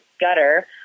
gutter